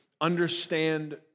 understand